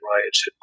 riots